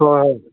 ꯍꯣꯏ ꯍꯣꯏ